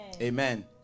Amen